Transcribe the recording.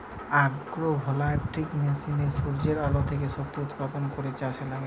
agro voltaic মেশিনে সূর্যের আলো থেকে শক্তি উৎপাদন করে চাষে লাগে